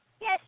Yes